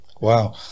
wow